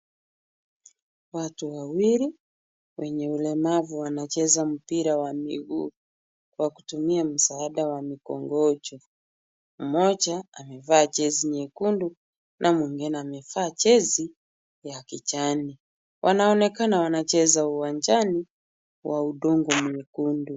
Watu wawili wenye ulemavu wanacheza mpira wa miguu kwa kutumia msaada wa mikongojo. Mmoja amevaa jezi nyekundu na mwingine amevaa jezi ya kijani. Wanaonekana wanacheza uwanjani wa udongo mwekundu.